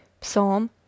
Psalm